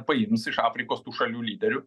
paims iš afrikos tų šalių lyderių